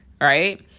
right